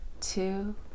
two